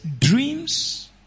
dreams